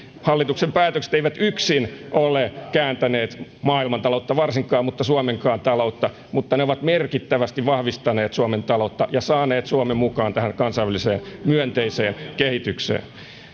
hallituksen päätökset eivät yksin ole kääntäneet maailman taloutta varsinkaan mutta eivät myöskään suomen taloutta mutta ne ovat merkittävästi vahvistaneet suomen taloutta ja saaneet suomen mukaan tähän kansainväliseen myönteiseen kehitykseen